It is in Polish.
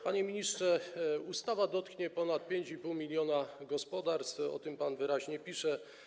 Panie ministrze, ustawa dotknie ponad 5,5 mln gospodarstw - o tym pan wyraźnie pisze.